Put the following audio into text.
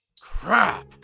Crap